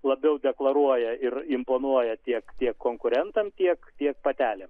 labiau deklaruoja ir imponuoja tiek tiek konkurentam tiek tiek patelėm